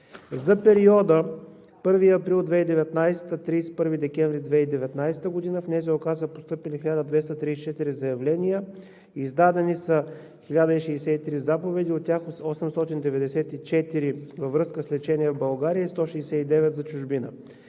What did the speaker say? За периода 1 април 2019 г. – 31 декември 2019 г. в НЗОК са постъпили 1234 заявления. Издадени са 1063 заповеди, от тях 894 във връзка с лечение в България и 169 за чужбина.